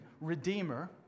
redeemer